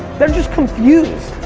they're just confused.